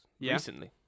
Recently